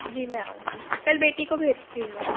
जी मैं आउंगी कल बेटी को भेजती हूँ मैं